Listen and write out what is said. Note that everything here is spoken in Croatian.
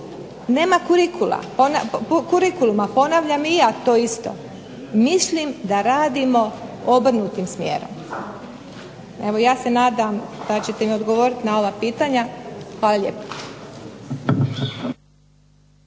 nema kurikuluma, mislim da radimo obrnutim smjerom. Ja se nadam da ćete mi odgovoriti na ova pitanja. Hvala lijepo.